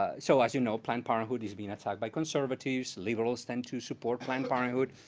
ah so as you know, planned parenthood is being attacked by conservatives. liberals tend to support planned parenthood.